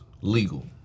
legal